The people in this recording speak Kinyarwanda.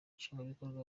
nshingwabikorwa